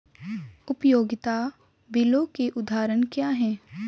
उपयोगिता बिलों के उदाहरण क्या हैं?